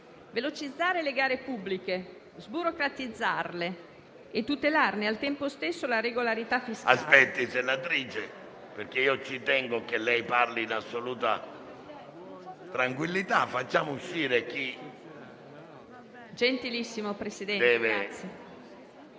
velocizzare le gare pubbliche, sburocratizzarle e tutelarne al tempo stesso la regolarità fiscale,